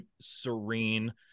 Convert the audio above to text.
serene